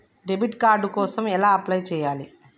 Debit card కోసం ఎలా apply చేయాలి?